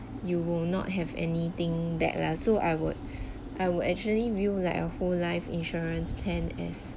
you will not have anything that lah so I would I would actually view like a whole life insurance plan as